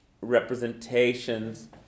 representations